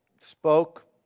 spoke